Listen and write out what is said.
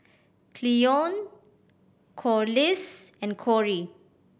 Cleone Corliss and Corie